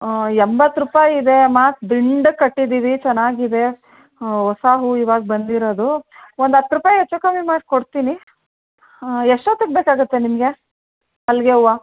ಎಂಬತ್ತು ರೂಪಾಯಿ ಇದೆಯಮ್ಮ ದಿಂಡಾಗ್ ಕಟ್ಟಿದ್ದೀವಿ ಚೆನ್ನಾಗಿದೆ ಹೊಸ ಹೂ ಇವಾಗ ಬಂದಿರೋದು ಒಂದು ಹತ್ತು ರೂಪಾಯಿ ಹೆಚ್ಚು ಕಮ್ಮಿ ಮಾಡಿಕೊಡ್ತೀನಿ ಎಷ್ಟೊತ್ತಿಗೆ ಬೇಕಾಗುತ್ತೆ ನಿಮಗೆ ಮಲ್ಲಿಗೆ ಹೂವ